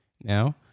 Now